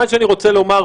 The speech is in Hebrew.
מה שאני רוצה לומר,